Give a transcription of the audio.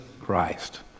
Christ